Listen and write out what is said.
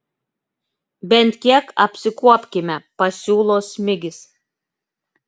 bent kiek apsikuopkime pasiūlo smigis